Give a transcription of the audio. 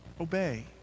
obey